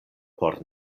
por